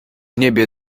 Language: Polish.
niebie